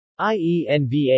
IENVA